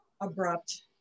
abrupt